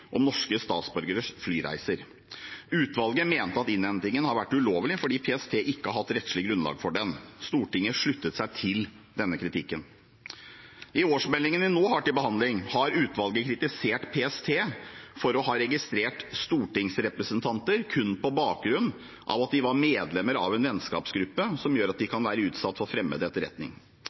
om norske statsborgeres flyreiser. Utvalget mente at innhentingen har vært ulovlig fordi PST ikke har hatt rettslig grunnlag for den. Stortinget sluttet seg til denne kritikken. I årsmeldingen vi nå har til behandling, har utvalget kritisert PST for å ha registrert stortingsrepresentanter kun på bakgrunn av at de var medlemmer av en vennskapsgruppe som gjør at de kan være utsatt for fremmed etterretning.